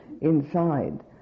inside